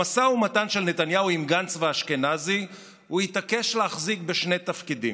במשא ומתן של נתניהו עם גנץ ואשכנזי הוא התעקש להחזיק בשני תפקידים,